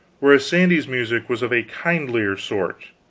whereas sandy's music was of a kindlier sort.